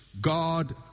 God